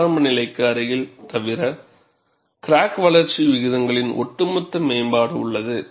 ஆரம்ப நிலைக்கு அருகில் தவிர கிராக் வளர்ச்சி விகிதங்களின் ஒட்டுமொத்த மேம்பாடு உள்ளது